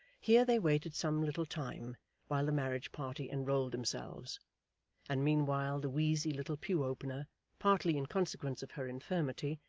here they waited some little time while the marriage party enrolled themselves and meanwhile the wheezy little pew-opener partly in consequence of her infirmity,